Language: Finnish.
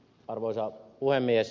arvoisa puhemies